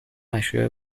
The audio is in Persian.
اشیاء